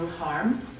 harm